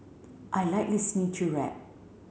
I like listening to rap